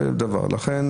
לכן